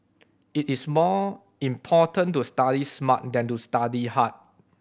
it is more important to study smart than to study hard